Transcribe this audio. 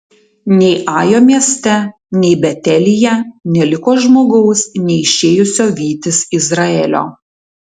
nei ajo mieste nei betelyje neliko žmogaus neišėjusio vytis izraelio